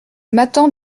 m’attends